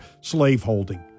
slaveholding